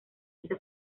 esa